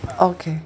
okay